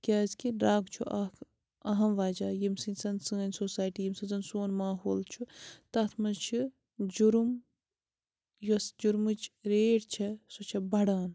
کیٛازِکہِ ڈرٛگ چھُ اَکھ أہم وَجہ ییٚمہِ سۭتۍ زَن سٲنۍ سوسایٹی ییٚمہِ سۭتۍ زَن سون ماحول چھُ تَتھ منٛز چھِ جرم یۄس جُرمٕچۍ ریٹ چھِ سۄ چھِ بڑھان